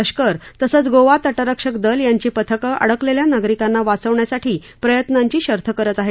लष्कर तसंच गोवा तटरक्षक दल यांची पथकं अडकलेल्या नागरिकांना वाचवण्यासाठी प्रयत्नांची शर्थ करत आहेत